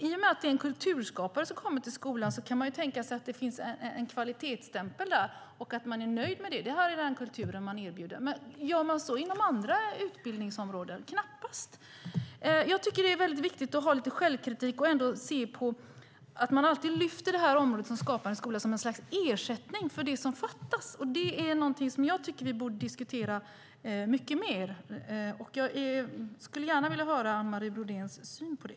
I och med att det är en kulturskapare som kommer till skolan kan man tänka sig att det finns en kvalitetsstämpel där och att man är nöjd med det. Det här är den kultur man erbjuder. Men gör man så inom andra utbildningsområden? Knappast. Jag tycker att det är viktigt att ha lite självkritik och ändå se att man alltid lyfter det här området, Skapande skola, som ett slags ersättning för det som fattas. Det är någonting som jag tycker att vi borde diskutera mycket mer, och jag skulle gärna vilja höra Anne Marie Brodéns syn på det.